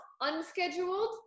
unscheduled